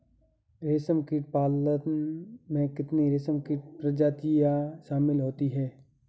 रेशमकीट पालन में कितनी रेशमकीट प्रजातियां शामिल होती हैं?